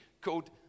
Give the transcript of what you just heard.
called